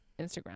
Instagram